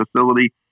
facility